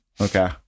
Okay